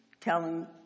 telling